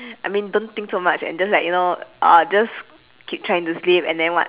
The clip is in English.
I mean don't think so much and just like you know uh just keep trying to sleep and then what